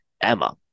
Emma